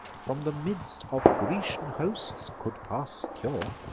from the midst of grecian hosts, could pass secure,